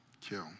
kill